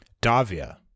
Davia